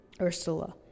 Ursula